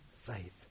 faith